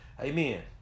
Amen